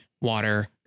water